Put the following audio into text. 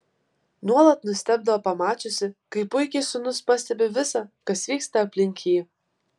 nuolat nustebdavo pamačiusi kaip puikiai sūnus pastebi visa kas vyksta aplink jį